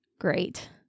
great